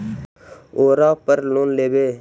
ओरापर लोन लेवै?